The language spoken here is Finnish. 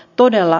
on todella